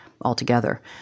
altogether